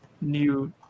new